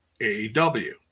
AEW